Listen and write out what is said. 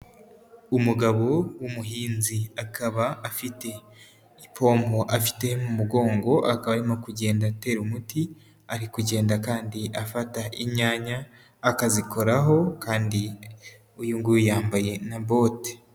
Umugabo w'umuhinzi, akaba afite ipompo afite mu mugongo, akaba arimo kugenda atera umuti, ari kugenda kandi afata inyanya akazikoraho kandi uyu nguyu yambaye na bote.